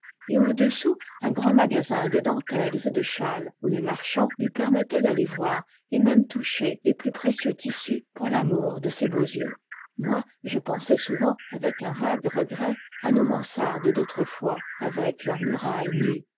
et au-dessous un grand magasin de dentelles et de châles où les marchands lui permettaient d'aller voir et même toucher les plus précieux tissus pour l'amour de ses beaux yeux moi je pensais souvent avec un vague regret à nos mansardes d'autrefois avec leurs murailles nues